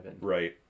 right